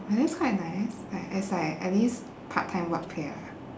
oh that's quite nice like it's like at least part time work pay ah